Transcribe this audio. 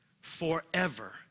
forever